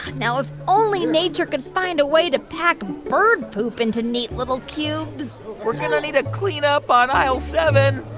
now, if only nature could find a way to pack bird poop into neat little cubes we're going to need a cleanup on aisle seven